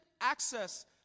access